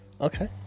okay